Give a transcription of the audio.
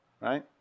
Right